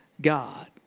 God